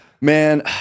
Man